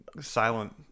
silent